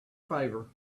favor